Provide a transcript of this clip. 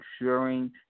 ensuring